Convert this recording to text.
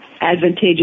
advantageous